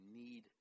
need